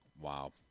Wow